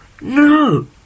No